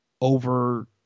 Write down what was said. over